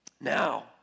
Now